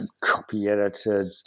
copy-edited